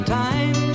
time